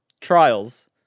trials